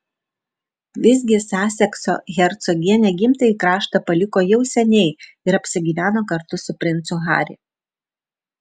visgi sasekso hercogienė gimtąjį kraštą paliko jau seniai ir apsigyveno kartu su princu harry